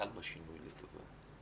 חל בה שינוי לטובה.